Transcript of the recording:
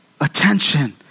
attention